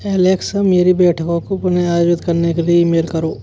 Alexa मेरी बैठकों को पुनः आयोजित करने के लिए ईमेल करो